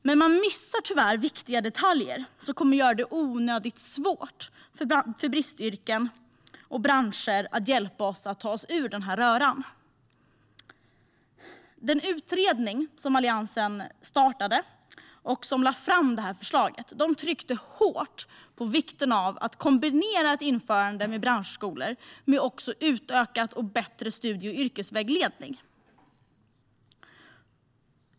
Men man missar tyvärr viktiga detaljer, som kommer att göra det onödigt svårt för bristyrken och bristbranscher att hjälpa oss att ta oss ur denna röra. Den utredning som Alliansen startade och som lade fram detta förslag tryckte hårt på vikten av att kombinera ett införande av branschskolor med utökad och bättre studie och yrkesvägledning.